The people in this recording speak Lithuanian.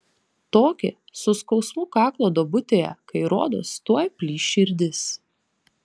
tokį su skausmu kaklo duobutėje kai rodos tuoj plyš širdis